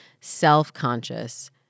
self-conscious